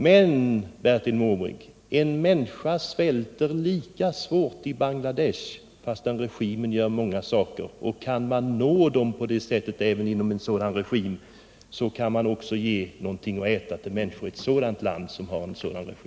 Men, Bertil Måbrink, människor svälter svårt i Bangladesh, och kan man ge dem någonting att äta så skall man också göra det, även om de råkar bo i ett land där regimen många gånger handlar felaktigt.